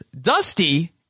Dusty